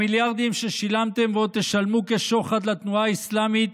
המיליארדים ששילמתם ועוד תשלמו כשוחד לתנועה האסלאמית